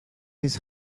his